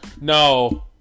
No